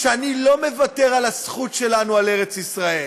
שאני לא מוותר על הזכות שלנו על ארץ ישראל,